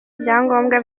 byangombwa